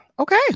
Okay